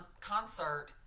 concert